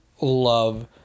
love